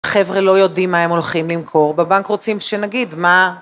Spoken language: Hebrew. חבר'ה לא יודעים מה הם הולכים למכור, בבנק רוצים שנגיד מה...